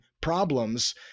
problems